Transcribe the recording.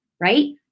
right